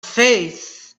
faith